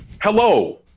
Hello